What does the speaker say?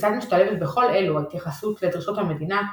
כיצד משתלבת בכל אלו התייחסות לדרישות המדינה,